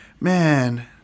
Man